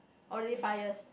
already five years